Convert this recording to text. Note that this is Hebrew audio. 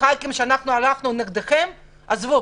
בחברי הכנסת, כי הלכו נגדכם - עזבו,